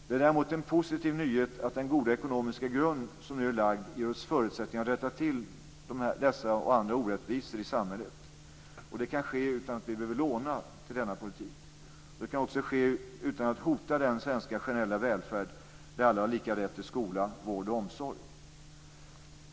Det är däremot en positiv nyhet att den positiva ekonomiska grund som nu är lagd ger oss förutsättningar att rätta till dessa och andra orättvisor i samhället. Det kan ske utan att vi behöver låna till denna politik. Det kan också ske utan att hota den svenska generella välfärd där alla har lika rätt till skola, vård och omsorg.